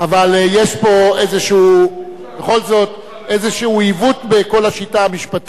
אבל יש פה בכל זאת איזה עיוות בכל השיטה המשפטית,